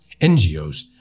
NGOs